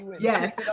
Yes